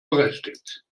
berechtigt